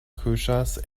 kuŝas